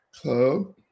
club